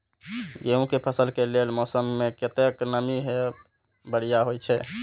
गेंहू के फसल के लेल मौसम में कतेक नमी हैब बढ़िया होए छै?